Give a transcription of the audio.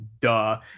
duh